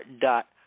dot